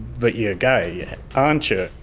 but you're gay aren't you?